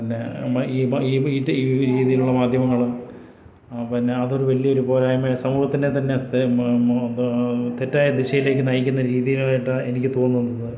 പിന്നെ ഈ രീതിയിലുള്ള മാധ്യമങ്ങൾ പിന്നെ അതൊരു വലിയൊരു പോരായ്മ സമൂഹത്തിനെ തന്നെ തെറ്റായ ദിശയിലേക്കു നയിക്കുന്ന രീതികളായിട്ട് എനിക്ക് തോന്നുന്നത്